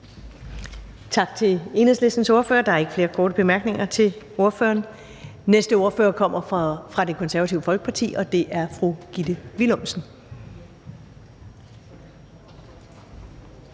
Tak til Enhedslistens ordfører. Der er ikke flere korte bemærkninger til ordføreren. Næste ordfører kommer fra Det Konservative Folkeparti, og det er fru Gitte Willumsen.